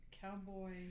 cowboy